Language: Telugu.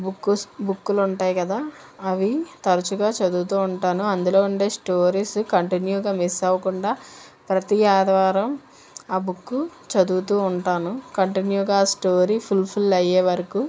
బుక్కుస్ బుక్లు ఉంటాయి కదా అవి తరచుగా చదువుతూ ఉంటాను అందులో ఉండే స్టోరీస్ కంటిన్యూగా మిస్ అవ్వకుండా ప్రతి ఆదివారం ఆ బుక్కు చదువుతూ ఉంటాను కంటిన్యూగా ఆ స్టోరీ ఫుల్ ఫుల్ అయ్యే వరకు